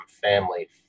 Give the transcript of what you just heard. family